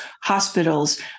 hospitals